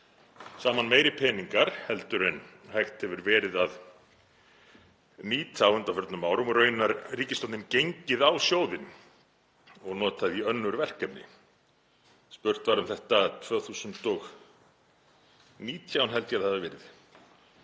saman meiri peningar heldur en hægt hefur verið að nýta á undanförnum árum og raunar ríkisstjórnin gengið á sjóðinn og notað í önnur verkefni. Spurt var um þetta 2019, held ég að það hafi verið,